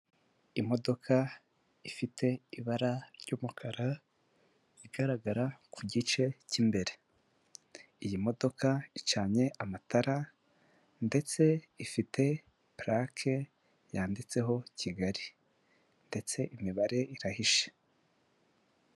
Imodoka ifite ibara ry'umukara, igaragara ku gice cy'imbere, iyi modoka icanye amatara ndetse ifite purake yanditseho Kigali ndetse imibare irahishe.